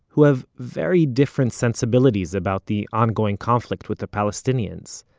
who have very different sensibilities about the ongoing conflict with the palestinians,